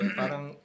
parang